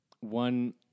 one